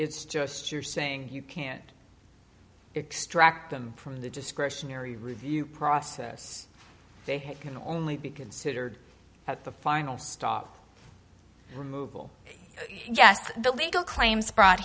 it's just you're saying you can't extract them from the discretionary review process they can only be considered at the final straw yes the legal claims brought